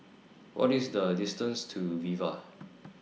What IS The distance to Viva